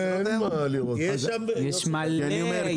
יש מלא.